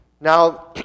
Now